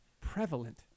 prevalent